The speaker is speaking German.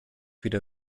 wieder